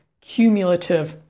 cumulative